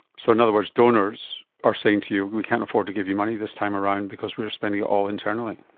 so in other words, donors are saying to you we can't afford to give you money this time around because we are spending it all internally.